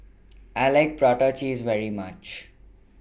I like Prata Cheese very much